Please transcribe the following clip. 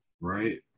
right